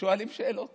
ששואלים שאלות